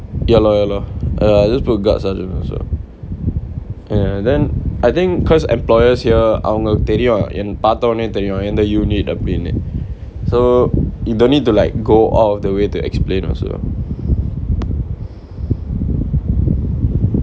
ya lor ya lor ya I just put guard sergeant also ya then I think employers here அவங்களுக்கு தெரியும் என் பாத்தோன தெரியும் எந்த:avangalukku theriyum en paathona theriyum entha unit அப்டினு:apdinu so you don't need to like go out of the way to explain also